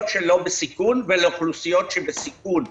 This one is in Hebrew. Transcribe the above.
שהן לא בסיכון ולאוכלוסיות שבסיכון.